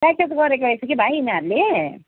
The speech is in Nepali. प्याकेज गरेको रहेछ कि भाइ यिनीहरूले